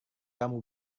kamu